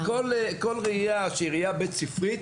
כל ראייה שהיא ראייה בית ספרית